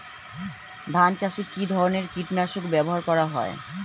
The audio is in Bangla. ধান চাষে কী ধরনের কীট নাশক ব্যাবহার করা হয়?